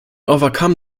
overcome